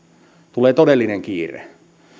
tulee todellinen kiire